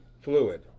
fluid